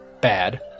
bad